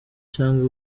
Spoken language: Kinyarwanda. cyangwa